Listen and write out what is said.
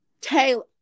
Taylor